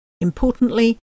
Importantly